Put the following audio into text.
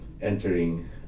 entering